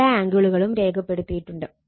എല്ലാ ആംഗിളുകളും രേഖപ്പെടുത്തിയിട്ടുണ്ട്